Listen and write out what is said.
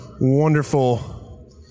wonderful